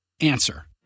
Answer